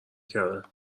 کردن